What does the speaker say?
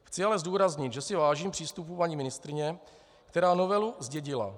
Chci ale zdůraznit, že si vážím přístupu paní ministryně, která novelu zdědila.